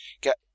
get